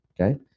okay